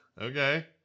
Okay